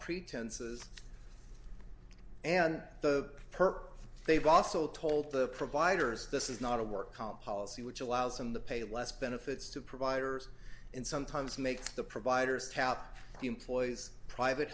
pretenses and the perk they've also told the providers this is not a work comp policy which allows them to pay less benefits to providers and sometimes make the providers tout the employee's private